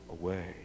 away